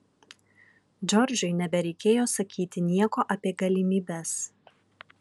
džordžui nebereikėjo sakyti nieko apie galimybes